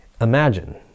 Imagine